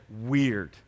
weird